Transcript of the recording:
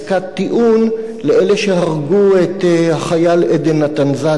טיעון לאלה שהרגו את החייל עדן נתן זאדה.